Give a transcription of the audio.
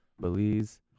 Belize